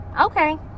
okay